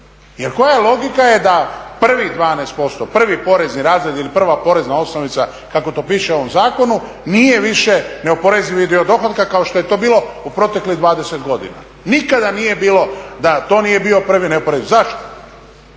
Jer koja logika je da prvih 12%, prvi porezni razred ili prva porezna osnovica kako to piše u ovom zakonu nije više neoporezivi dio dohotka kako je to bilo u proteklih 20 godina, nikada nije bilo da to nije bio neoporeziv. Zašto?